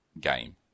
game